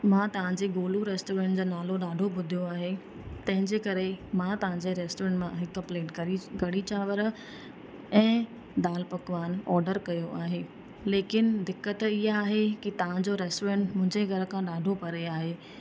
मां तव्हां जे गोलू रेस्टोरेंट जो नालो ॾाढो ॿुधियो आहे तंहिंजे करे मां तव्हां जे रेस्टोरेंट मां हिकु प्लेट करी कढ़ी चांवर ऐं दाल पकवान ऑडर कयो आहे लेकिन दिक़त ईअं आहे कि तव्हां जो रेस्टोरेंट मुंहिंजे घर खां ॾाढो परे आहे